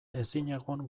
ezinegon